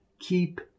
Keep